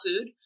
food